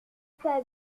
pas